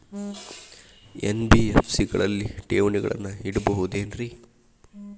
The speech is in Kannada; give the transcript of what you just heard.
ಎನ್.ಬಿ.ಎಫ್.ಸಿ ಗಳಲ್ಲಿ ಠೇವಣಿಗಳನ್ನು ಇಡಬಹುದೇನ್ರಿ?